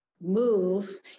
move